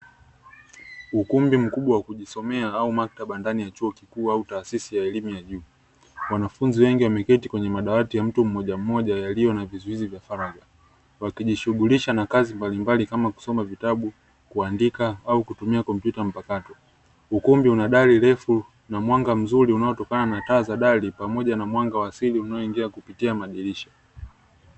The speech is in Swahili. Ukumbi mkubwa wa kujisomea au maktaba ndani ya chuo kikuu au taasisi ya elimu ya juu. Wanafunzi wengi wameketi kwenye madawati ya mtu mmoja mmoja yaliyo na vizuizi vya faragha, wakijishughulisha na kazi mbalimbali kama: kusoma vitabu, kuandika, au kutumia kompyuta mpakato. Ukumbi unadari refu na mwanga mzuri unaotokana na taa za dari pamoja na mwanga wa siri unaoingia kupitia madirisha.